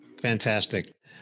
Fantastic